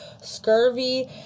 scurvy